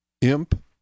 Imp